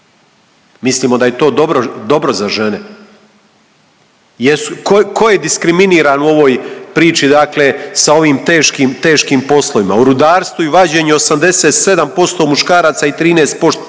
Mislimo da je to dobro za žene? Jesu, tko je diskriminiran u ovoj priči dakle sa ovim teškim poslovima? U rudarstvu i vađenju 87% muškaraca i 13% žena,